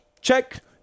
Check